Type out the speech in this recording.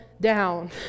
down